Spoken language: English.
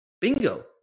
Bingo